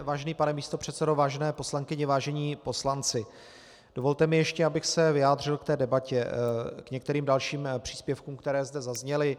Vážený pane místopředsedo, vážené poslankyně, vážení poslanci, dovolte mi ještě, abych se vyjádřil k té debatě, k některým dalším příspěvkům, které zde zazněly.